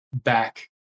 back